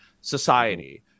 society